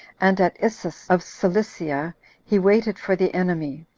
and at issus of cilicia he waited for the enemy,